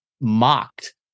mocked